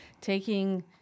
taking